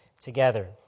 together